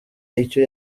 icyo